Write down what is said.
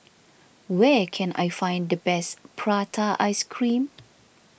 where can I find the best Prata Ice Cream